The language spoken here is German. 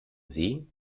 sie